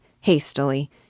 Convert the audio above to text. hastily